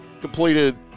Completed